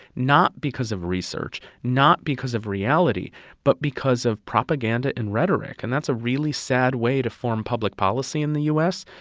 not because of research, not because of reality but because of propaganda and rhetoric and that's a really sad way to form public policy in the u s.